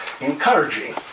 encouraging